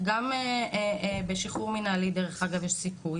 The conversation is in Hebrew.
גם בשחרור מינהלי דרך אגב יש סיכוי,